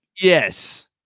Yes